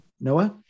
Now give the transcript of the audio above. Noah